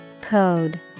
Code